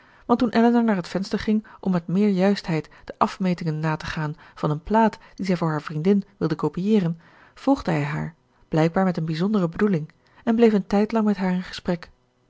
want toen elinor naar het venster ging om met meer juistheid de afmetingen na te gaan van eene plaat die zij voor haar vriendin wilde copieeren volgde hij haar blijkbaar met een bijzondere bedoeling en bleef een tijdlang met haar in gesprek